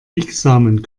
biegsamen